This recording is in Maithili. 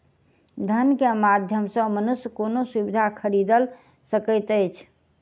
धन के माध्यम सॅ मनुष्य कोनो सुविधा खरीदल सकैत अछि